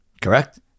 Correct